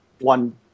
one